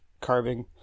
carving